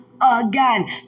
again